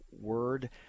word